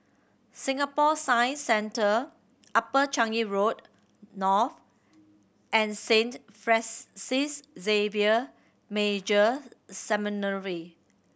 Singapore Science Centre Upper Changi Road North and Saint Xavier Major Seminary